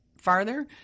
farther